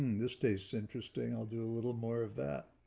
this tastes interesting. i'll do a little more of that.